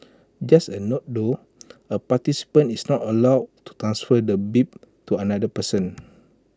just A note though A participant is not allowed to transfer the bib to another person